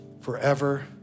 forever